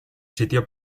sitio